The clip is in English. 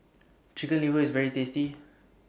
Chicken Liver IS very tasty